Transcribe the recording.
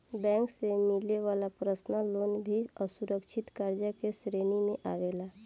bank से मिले वाला पर्सनल लोन भी असुरक्षित कर्जा के श्रेणी में आवेला